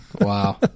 wow